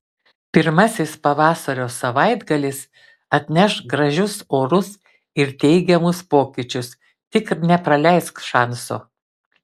pirmasis pavasario savaitgalis atneš gražius orus ir teigiamus pokyčius tik nepraleisk šanso